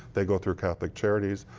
they go through catholic charities.